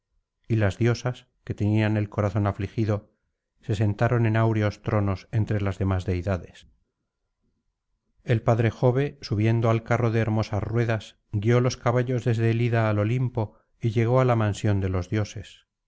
y las diosas que tenían el corazón afligido se sentaron en áureos tronos entre las demás deidades el padre jove subiendo al carro de hermosas ruedas guió los caballos desde el ida al olimpo y llegó á la mansión de los dioses